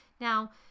Now